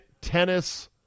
tennis